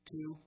Two